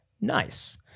Nice